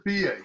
PA